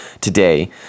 today